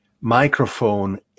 microphone